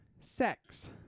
sex